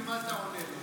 ומה אתה עונה לו,